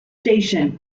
station